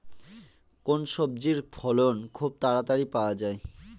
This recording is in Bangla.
কোন সবজির ফলন খুব তাড়াতাড়ি পাওয়া যায়?